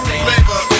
flavor